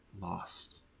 lost